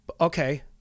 Okay